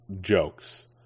jokes